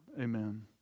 Amen